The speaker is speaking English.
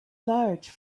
large